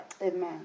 Amen